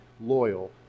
loyal